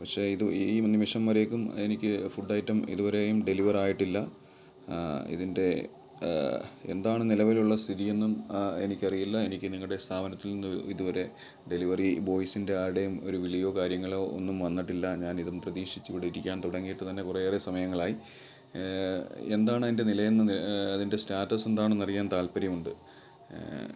പക്ഷേ ഇത് ഈ നിമിഷം വരേക്കും എനിക്ക് ഫുഡ് ഐറ്റം ഇതുവരെയും ഡെലിവർ ആയിട്ടില്ല ഇതിൻ്റെ എന്താണ് നിലവിലുള്ള സ്ഥിതി എന്നും എനിക്കറിയില്ല എനിക്ക് നിങ്ങളുടെ സ്ഥാപനത്തിൽ നിന്ന് ഇതുവരെ ഡെലിവറി ബോയ്സിൻ്റെ ആരുടേയും ഒരു വിളിയോ കാര്യങ്ങളോ ഒന്നും വന്നിട്ടില്ല ഞാൻ ഇതും പ്രതീക്ഷിച്ച് ഇവിടെ ഇരിക്കാൻ തുടങ്ങിയിട്ട് തന്നെ കുറേ ഏറെ സമയങ്ങളായി എന്താണ് അതിൻ്റെ നിലയെന്ന് അതിൻ്റെ സ്റ്റാറ്റസ് എന്താണെന്നറിയാൻ താൽപ്പര്യമുണ്ട്